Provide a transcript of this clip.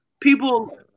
people